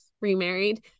remarried